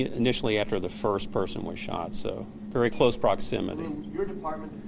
initially after the first person was shot. so, very close proximity. your department